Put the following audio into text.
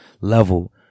level